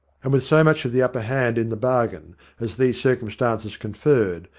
and with so much of the upper hand in the bargain as these circum stances conferred,